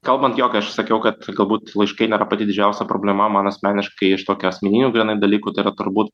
kalbant jog aš sakiau kad galbūt laiškai nėra pati didžiausia problema man asmeniškai iš tokių asmeninių gana dalykų yra turbūt